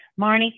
Marnie